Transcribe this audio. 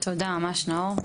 תודה רבה נאור.